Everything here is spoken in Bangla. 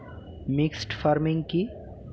মিক্সড ফার্মিং কি?